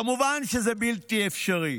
כמובן שזה בלתי אפשרי.